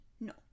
No